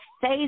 face